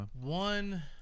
One